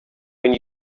when